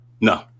No